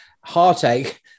heartache